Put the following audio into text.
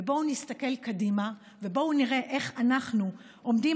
בואו נסתכל קדימה ובואו נראה איך אנחנו עומדים